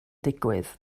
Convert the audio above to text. digwydd